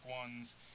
ones